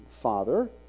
father